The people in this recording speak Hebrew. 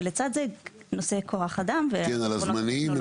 ולצד זה, נושא כוח אדם והפתרונות הטכנולוגיים.